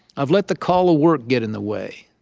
i've let the call of work get in the way.